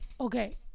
Okay